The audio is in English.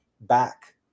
back